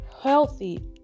healthy